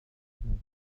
schnell